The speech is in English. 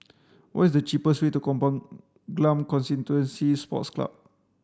what is the cheapest way to Kampong Glam Constituency Sports Club